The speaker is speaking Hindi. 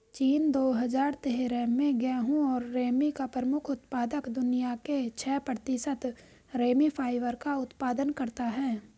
चीन, दो हजार तेरह में गेहूं और रेमी का प्रमुख उत्पादक, दुनिया के छह प्रतिशत रेमी फाइबर का उत्पादन करता है